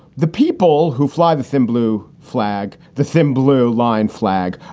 the people who fly the thin blue flag, the thin blue line flag,